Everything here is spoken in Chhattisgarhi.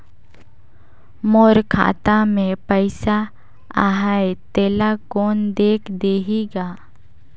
मोर खाता मे पइसा आहाय तेला कोन देख देही गा?